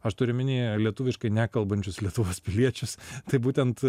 aš turiu omenyje lietuviškai nekalbančius lietuvos piliečius tai būtent